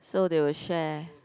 so they will share